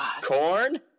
corn